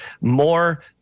more